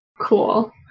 Cool